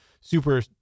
super